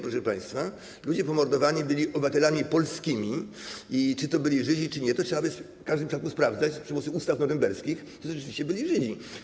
Proszę państwa, ludzie pomordowani byli obywatelami polskimi i czy to byli Żydzi, czy nie, to trzeba by w każdym przypadku sprawdzać za pomocą ustaw norymberskich, czy to rzeczywiście byli Żydzi.